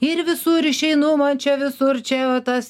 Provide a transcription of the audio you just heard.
ir visur išeinu man čia visur čia tas